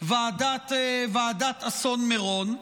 ועדת אסון מירון.